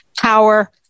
power